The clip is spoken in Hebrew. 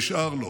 נשאר לו